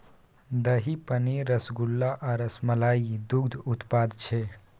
दही, पनीर, रसगुल्ला आ रसमलाई दुग्ध उत्पाद छै